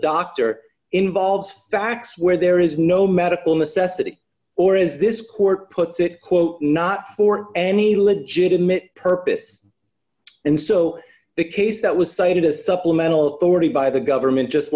doctor involved tax where there is no medical necessity or is this court put it quote not for any legitimate purpose and so the case that was cited a supplemental story by the government just